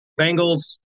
Bengals